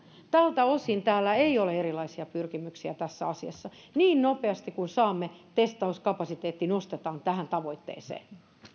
tältä osin täällä ei ole erilaisia pyrkimyksiä tässä asiassa niin nopeasti kuin saamme testauskapasiteetti nostetaan tähän tavoitteeseen